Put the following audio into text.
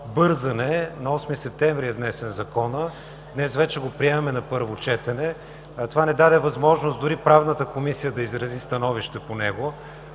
бързане – на 8 септември е внесен Законът, днес вече го приемаме на първо четене. Това не даде възможност дори Правната комисия да изрази становище по него.